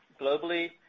globally